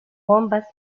bombas